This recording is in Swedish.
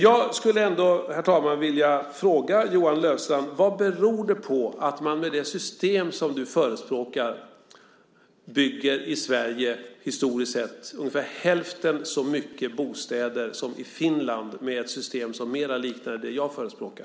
Jag skulle, herr talman, vilja fråga Johan Löfstrand vad det beror på att man, med det system som han förespråkar, i Sverige historiskt sett byggt ungefär hälften så mycket bostäder som i Finland, som har ett system som mer liknar det som jag förespråkar.